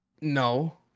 No